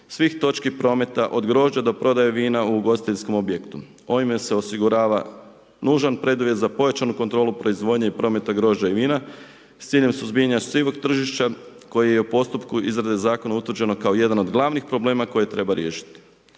svih točki prometa od grožđa do prodaje vina u ugostiteljskom objektu. Ovime se osigurava nužan preduvjet za pojačanu kontrolu proizvodnje i prometa grožđa i vina s ciljem suzbijanja sivog tržišta koji je u postupku izrade zakona utvrđeno kao jedan od glavnih problema koje treba riješiti.